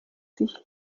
sich